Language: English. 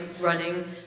running